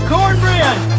Cornbread